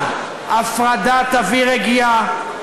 אבל הפרדה תביא רגיעה,